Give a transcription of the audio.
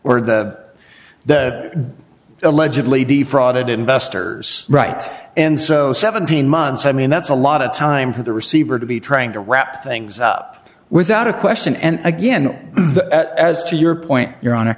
or the the allegedly the fraud investors right and so seventeen months i mean that's a lot of time for the receiver to be trying to wrap things up without a question and again as to your point your honor